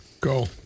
Go